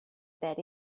that